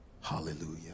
Hallelujah